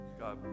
God